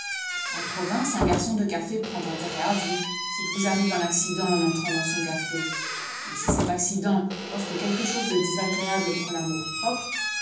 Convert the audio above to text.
en province un garçon de café prend intérêt à vous s'il vous arrive un accident en entrant dans son café mais si cet accident offre quelque chose de désagréable pour